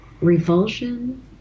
revulsion